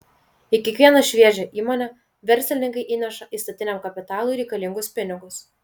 į kiekvieną šviežią įmonę verslininkai įneša įstatiniam kapitalui reikalingus pinigus